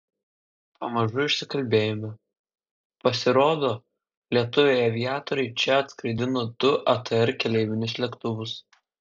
pamažu išsikalbėjome pasirodo lietuviai aviatoriai čia atskraidino du atr keleivinius lėktuvus